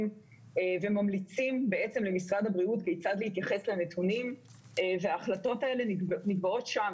וממליצים למשרד הבריאות כיצד להתייחס לנתונים וההחלטות האלה נקבעות שם.